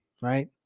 right